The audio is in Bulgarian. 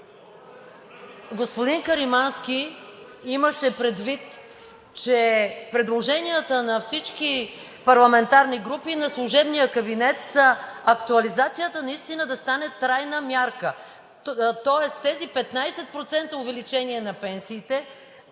Господин Каримански имаше предвид, че предложенията на всички парламентарни групи, на служебния кабинет са актуализацията наистина да стане трайна мярка. Тоест тези 15% увеличение на пенсиите,